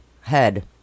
head